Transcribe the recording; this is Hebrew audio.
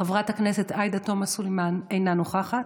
חברת הכנסת עאידה תומא סלימאן, אינה נוכחת,